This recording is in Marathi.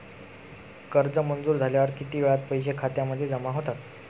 कर्ज मंजूर झाल्यावर किती वेळात पैसे खात्यामध्ये जमा होतात?